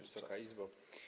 Wysoka Izbo!